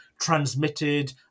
transmitted